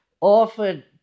often